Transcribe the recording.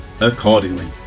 accordingly